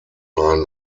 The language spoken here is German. einen